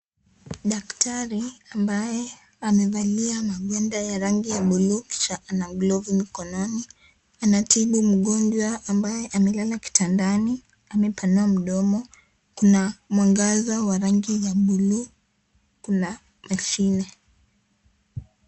Daktari ambaye amevalia magwanda ya rangi ya buluu kisha ana glovu mkononi, anatibu mgonjwa ambaye amelala kitandani, amepanua mdomo, kuna mwangaza wa rangi ya buluu, kuna mashine.